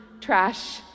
trash